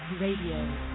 Radio